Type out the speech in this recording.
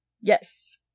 yes